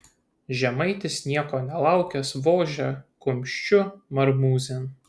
žemaitis nieko nelaukęs vožia kumščiu marmūzėn